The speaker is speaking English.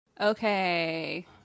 Okay